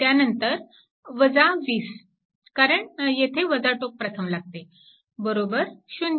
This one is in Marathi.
त्यानंतर 20 कारण येथे टोक प्रथम लागते बरोबर 0